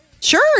Sure